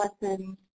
lessons